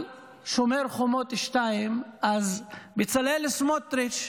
על שומר חומות 2, אז בצלאל סמוטריץ'